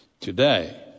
today